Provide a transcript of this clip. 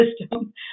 system